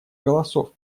голосов